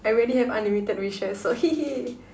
I already have unlimited wishes so hee hee